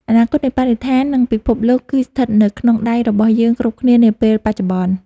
អនាគតនៃបរិស្ថាន និងពិភពលោកគឺស្ថិតនៅក្នុងដៃរបស់យើងគ្រប់គ្នានាពេលបច្ចុប្បន្ន។